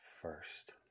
first